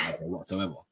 whatsoever